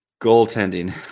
Goaltending